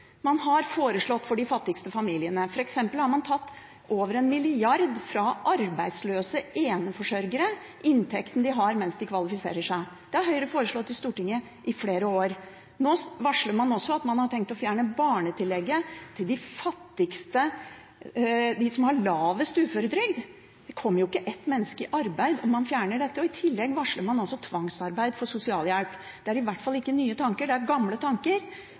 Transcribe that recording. man har foreslått for de fattigste familiene. For eksempel har man tatt over 1 mrd. kr fra arbeidsløse eneforsørgere – inntekten de har mens de kvalifiserer seg. Det har Høyre foreslått i Stortinget i flere år. Nå varsler man også at man har tenkt å fjerne barnetillegget til de fattigste, de som har lavest uføretrygd. Det kommer jo ikke ett menneske i arbeid om man fjerner dette. I tillegg varsler man tvangsarbeid for sosialhjelp. Det er i hvert fall ikke nye tanker, det er gamle tanker,